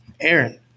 Aaron